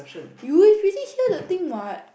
you've already hear the thing what